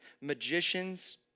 magicians